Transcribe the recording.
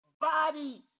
body